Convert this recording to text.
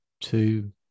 two